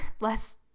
less